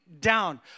down